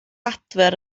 adfer